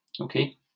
okay